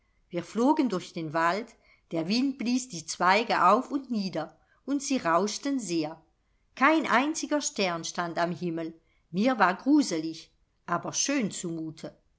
wir flogen durch den wald der wind blies die zweige auf und nieder und sie rauschten sehr kein einziger stern stand am himmel mir war gruselig aber schön